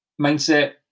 mindset